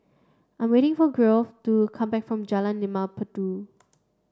I'm waiting for Geoff to come back from Jalan Limau Purut